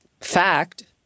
fact